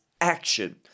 action